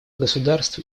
государств